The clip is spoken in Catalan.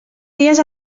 dies